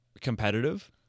competitive